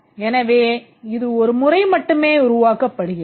எனவே இது ஒரு முறை மட்டுமே உருவாக்கப்படுகிறது